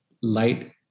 light